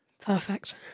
Perfect